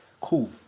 Cool